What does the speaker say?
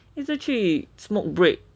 一直去 smoke break